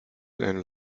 and